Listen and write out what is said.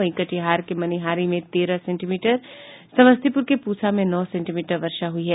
वहीं कटिहार के मनिहारी में तेरह सेंटीमीटर समस्तीपुर के पूसा में नौ सेंटीमीटर वर्षा हुई है